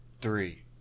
three